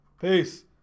Peace